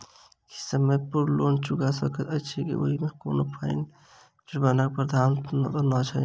की समय पूर्व लोन चुका सकैत छी ओहिमे कोनो फाईन वा जुर्मानाक प्रावधान तऽ नहि अछि?